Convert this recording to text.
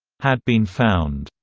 had been found.